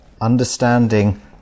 understanding